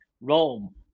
Rome